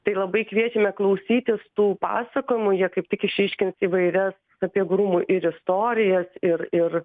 tai labai kviečiame klausytis tų pasakojimų jie kaip tik išryškins įvairias sapiegų rūmų ir istorijas ir ir